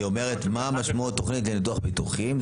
היא אומרת מה המשמעות תוכנית לביטוח ניתוחים.